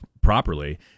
properly